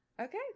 Okay